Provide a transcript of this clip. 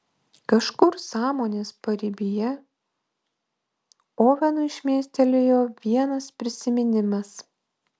kažkur sąmonės paribyje ovenui šmėstelėjo vienas prisiminimas